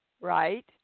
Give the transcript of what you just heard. right